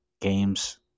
games